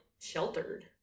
sheltered